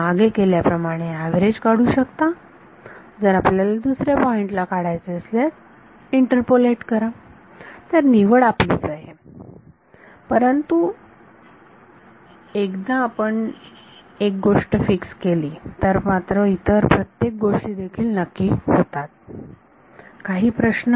मागे केल्याप्रमाणे आपण ऍव्हरेज काढू शकता जर आपल्याला इतर दुसऱ्या पॉइंट ला काढायचे असल्यास इंटरपोलेट करा तर निवड आपणच करायची आहे परंतु एकदा आपण पण एक गोष्ट फिक्स केली तर इतर प्रत्येक गोष्टी देखील नक्की होतात प्रश्न